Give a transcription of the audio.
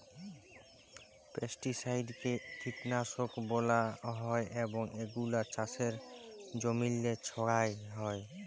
পেস্টিসাইডকে কীটলাসক ব্যলা হ্যয় এবং এগুলা চাষের জমিল্লে ছড়াল হ্যয়